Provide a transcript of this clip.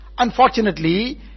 unfortunately